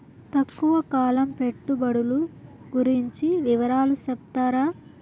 తక్కువ కాలం పెట్టుబడులు గురించి వివరాలు సెప్తారా?